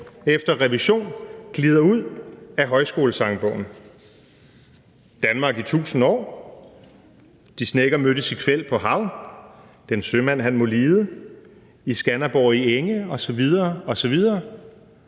efter revision glider ud af Højskolesangbogen: »Danmark, i tusind år«, »De snekker mødtes i kvæld på hav«, »Den sømand, han må lide«, »I Skanderborrig enge« osv. osv.